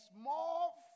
small